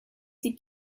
sie